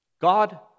God